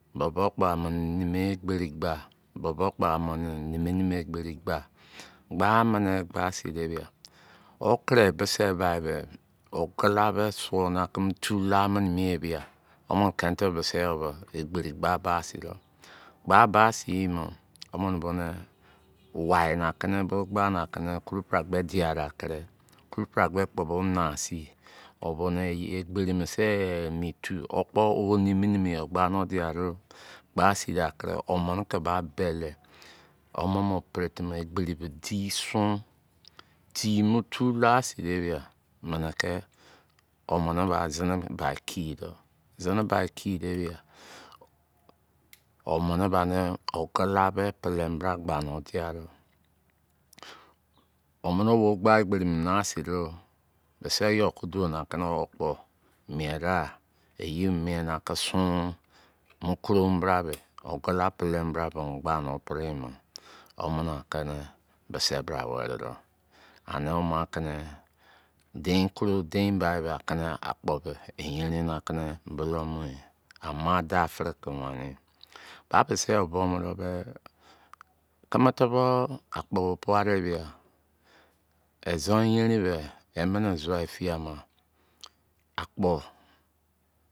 Bọ bọ kpọ a minị nimi nimi egberi gba. Bo̱ bọ kpọ a mini nimi nimi egberi gba. Gbaa mini gba sin de bia okiri bisi bai be ogula be sụọ na ki mu tu la mini mie be a womini egberi gba ba sin do̱. Gba ba sin mo̱ womini boni wai na kini bo gba ni akiri kruperagbe dia do kiri kruperagbe kpo bo na sin. O boni egberimo se emitu, wo kpo wo nimi nimi yo gbani o dia doo. Gba sin da kiri omini ki ba beli womomo peretimi egberi be di sum. Di mutu la sin de bia mini ki omini bazini bai ki dọ. Zini bai kide bia, omini baniogula be pele mo bra gba ni ọ dia dọ. Omini wo gba egberibo na na sin doo. Bisi yo ki duo ni akina o kpo mien da eyi mo da ki sun mu koroo mo brabie. Ogula be pele mo bra be o mo gba ni wo pri mo, womini akini bisi bra weri do. Ani wo ma kini dein koro dein bai be akini akpo be eyerin na kini bulou a mu yi. Ama daafiri ke weniyi. Ba bisi yo buo mo do be. Kimi-tubou akpo bo puade bia, izon yenrin be, emini zua efiye ama, akpo.